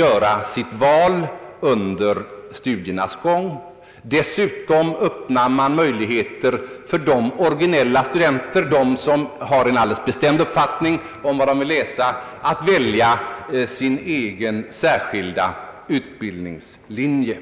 göra sitt val under studiernas gång. Dessutom öppnar man möjligheter för de originella studenter som har en alldeles bestämd uppfattning om vad de vill läsa, att välja sin egen, särskilda utbildningslinje.